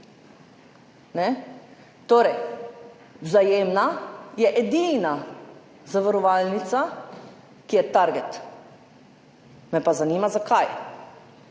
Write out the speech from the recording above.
Torej, Vzajemna je edina zavarovalnica, ki je target. Me pa zanima zakaj.